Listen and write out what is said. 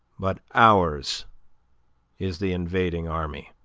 but ours is the invading army.